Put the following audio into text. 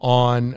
on